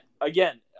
Again